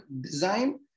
design